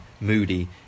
moody